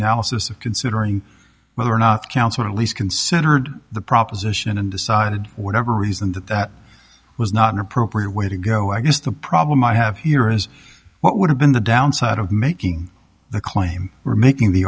analysis of considering whether or not counsel at least considered the proposition and decided or ever reason that that was not an appropriate way to go i guess the problem i have here is what would have been the downside of making the claim we're making the